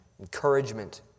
encouragement